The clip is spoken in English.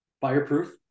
fireproof